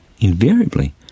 Invariably